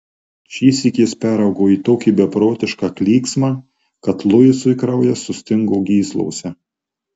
šįsyk jis peraugo į tokį beprotišką klyksmą kad luisui kraujas sustingo gyslose